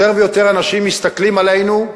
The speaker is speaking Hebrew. יותר ויותר אנשים מסתכלים עלינו,